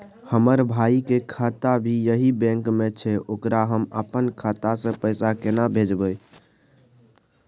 हमर भाई के खाता भी यही बैंक में छै ओकरा हम अपन खाता से पैसा केना भेजबै?